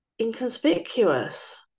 inconspicuous